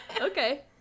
okay